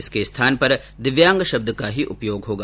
इसके स्थान पर दिव्यांग शब्द का ही उपयोग होगा